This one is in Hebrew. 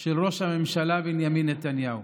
של ראש הממשלה בנימין נתניהו.